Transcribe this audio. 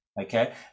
Okay